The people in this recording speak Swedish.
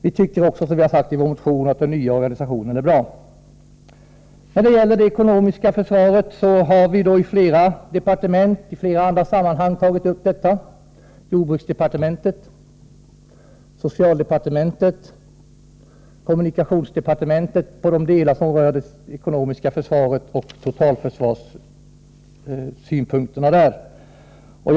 Vi tycker också, som vi har sagt i vår motion, att den nya organisationen är bra. Vi har tagit upp det ekonomiska försvaret med flera departement och i flera andra sammanhang. Det gäller jordbruksdepartementet, socialdepartementet och kommunikationsdepartementet angående de delar av det ekonomiska försvaret och totalförsvaret som de berörs av.